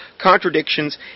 contradictions